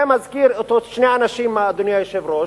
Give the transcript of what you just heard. זה מזכיר שני אנשים, אדוני היושב-ראש,